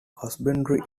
husbandry